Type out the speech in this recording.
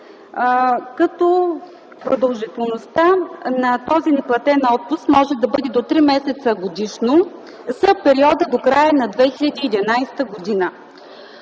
като продължителността на този неплатен отпуск може да бъде до три месеца годишно за периода до края на 2011 г.